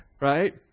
Right